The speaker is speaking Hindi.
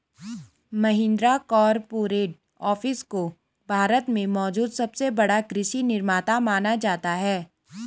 महिंद्रा कॉरपोरेट ऑफिस को भारत में मौजूद सबसे बड़ा कृषि निर्माता माना जाता है